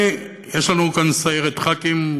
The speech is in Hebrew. אדוני, יש לנו כאן סיירת ח"כים.